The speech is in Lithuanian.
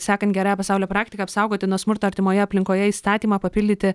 sekant geraja pasaulio praktika apsaugoti nuo smurto artimoje aplinkoje įstatymą papildyti